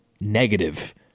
negative